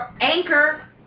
Anchor